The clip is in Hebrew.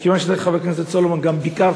ומכיוון שאתה, חבר הכנסת סולומון, גם ביקרת,